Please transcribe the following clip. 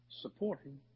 supporting